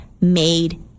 made